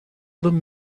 them